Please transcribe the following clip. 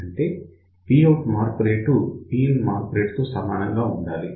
అంటే Pout మార్పు రేటు Pin మార్పు రేటు తో సమానంగా ఉండాలి